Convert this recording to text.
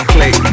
Click